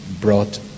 brought